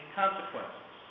consequences